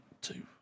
two